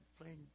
playing